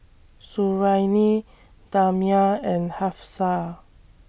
Suriani Damia and Hafsa